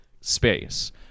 space